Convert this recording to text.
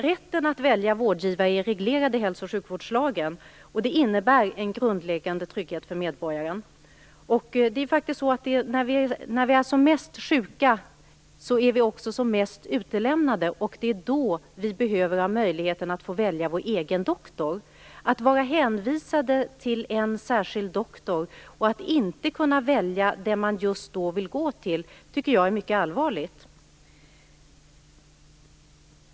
Rätten att välja vårdgivare är reglerad i hälso och sjukvårdslagen, och det innebär en grundläggande trygghet för medborgaren. När vi är som mest sjuka är vi också som mest utlämnade, och då behöver vi ha möjligheten att välja vår egen doktor. Att vara hänvisad till en särskild doktor och att inte kunna välja den man just då vill gå till är något mycket allvarligt.